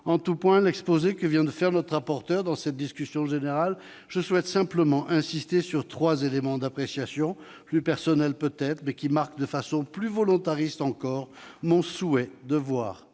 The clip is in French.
en tout point à l'exposé que vient de faire M. le rapporteur dans cette discussion générale. Je souhaite simplement insister sur trois éléments d'appréciation, plus personnels peut-être, qui marquent de façon plus volontariste encore mon souhait de voir